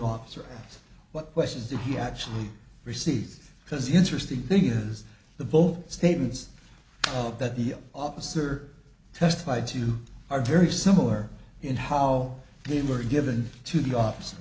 office or what questions did he actually receive because the interesting thing is the both statements that the officer testified to are very similar in how they were given to the office